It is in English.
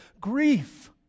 grief